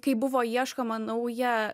kai buvo ieškoma nauja